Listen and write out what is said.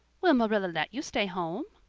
will marilla let you stay home?